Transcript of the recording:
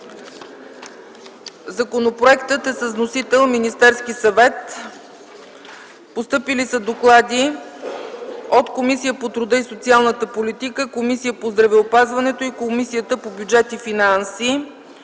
законопроекта е Министерският съвет. Постъпили са доклади от Комисията по труда и социалната политика, Комисията по здравеопазването и Комисията по бюджет и финанси.